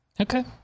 Okay